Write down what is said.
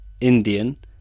Indian